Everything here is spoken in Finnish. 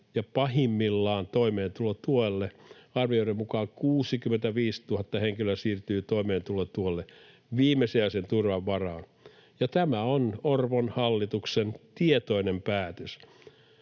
ja pahimmillaan toimeentulotuelle — arvioiden mukaan 65 000 henkilöä siirtyy toimeentulotuelle, viimesijaisen turvan varaan — ja tämä on arvon hallituksen tietoinen päätös.